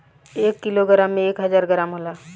एक किलोग्राम में एक हजार ग्राम होला